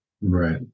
Right